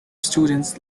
students